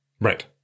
Right